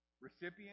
recipient